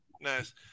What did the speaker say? Nice